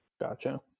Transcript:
Gotcha